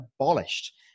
abolished